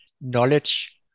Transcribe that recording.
knowledge